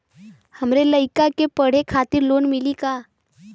हमरे लयिका के पढ़े खातिर लोन मिलि का?